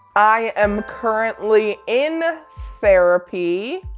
i am currently in therapy,